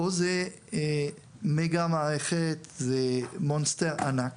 פה זה מגה מערכת, זה מונסטר ענק